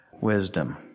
wisdom